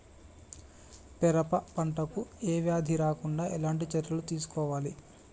పెరప పంట కు ఏ వ్యాధి రాకుండా ఎలాంటి చర్యలు తీసుకోవాలి?